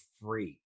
free